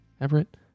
Everett